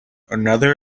another